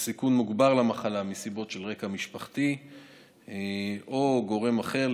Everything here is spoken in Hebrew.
בסיכון מוגבר למחלה מסיבות של רקע משפחתי או גורם אחר,